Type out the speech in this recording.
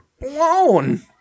Blown